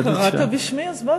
קראת בשמי, אז באתי.